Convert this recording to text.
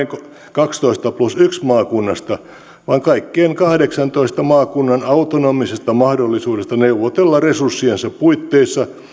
kaksitoista plus yhdestä maakunnasta vaan kaikkien kahdeksantoista maakunnan autonomisesta mahdollisuudesta neuvotella resurssiensa puitteissa